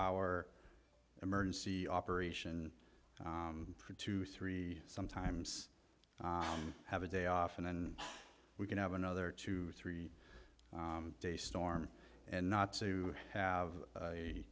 hour emergency operation for two three sometimes have a day off and then we can have another two or three day storm and not to have a